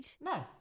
No